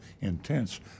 intense